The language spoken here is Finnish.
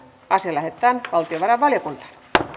asia lähetetään valtiovarainvaliokuntaan